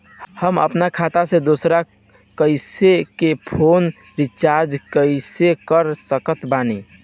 हम अपना खाता से दोसरा कोई के फोन रीचार्ज कइसे कर सकत बानी?